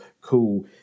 Cool